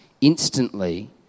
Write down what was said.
instantly